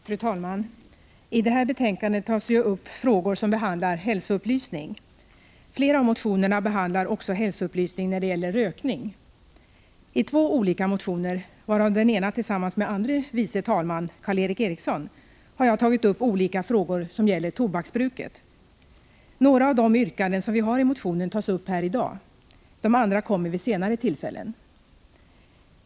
Fru talman! I det här betänkandet tar man upp frågor som behandlar hälsoupplysning. Flera av motionerna behandlar också hälsoupplysning när det gäller rökning. I två olika motioner — varav jag väckt den ena tillsammans med andre vice talman Karl Erik Eriksson — har jag tagit upp en del frågor som gäller tobaksbruket. Några av de yrkanden som vi har i den ena motionen tas upp här i dag. De andra kommer att tas upp vid senare tillfällen.